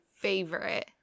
favorite